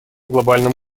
глобальном